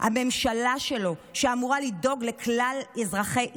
הממשלה שלו, שאמורה לדאוג לכלל אזרחי ישראל,